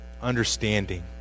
understanding